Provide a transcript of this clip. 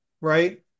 right